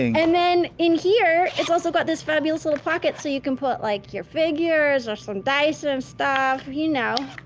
and then, in here, it's also got this fabulous little pocket, so you can put, like, your figures or some dice and stuff, you know.